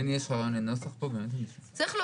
יש לי